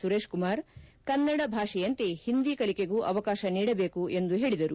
ಸುರೇಶ್ ಕುಮಾರ್ ಕನ್ನಡ ಭಾಷೆಯಂತೆ ಹಿಂದಿ ಕಲಿಕೆಗೂ ಅವಕಾಶ ನೀಡಬೇಕು ಎಂದು ಹೇಳಿದರು